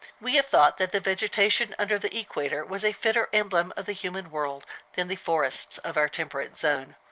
we have thought that the vegetation under the equator was a fitter emblem of the human world than the forests of our temperate zone.